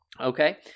Okay